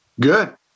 Good